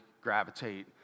gravitate